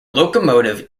locomotive